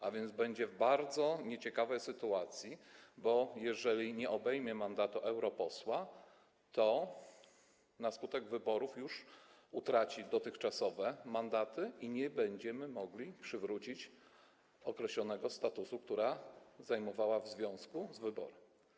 A więc będzie w bardzo nieciekawej sytuacji, bo jeżeli nie obejmie mandatu europosła, to na skutek wyborów już utraci dotychczasowe mandaty i nie będziemy mogli przywrócić określonego statusu, który miała, a utraciła w związku z wyborem.